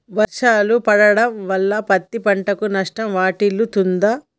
వర్షాలు పడటం వల్ల పత్తి పంటకు నష్టం వాటిల్లుతదా?